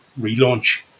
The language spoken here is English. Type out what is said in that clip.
relaunch